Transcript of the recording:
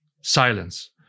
silence